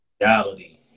Reality